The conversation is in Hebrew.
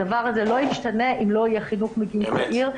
הדבר הזה לא ישתנה אם לא יהיה חינוך מגיל צעיר.